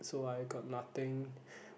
so I got nothing